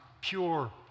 pure